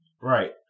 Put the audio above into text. Right